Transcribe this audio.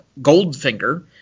Goldfinger